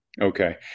Okay